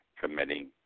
committing